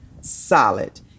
solid